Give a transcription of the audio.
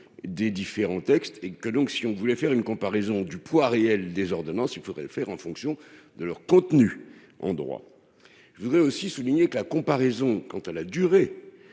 des différents textes et que donc, si on voulait faire une comparaison du poids réel des ordonnances, il pourrait le faire en fonction de leur contenu en droit je voudrais aussi souligner que la comparaison quant à la durée